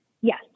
Yes